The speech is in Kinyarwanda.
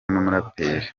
n’umuraperi